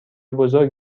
بزرگ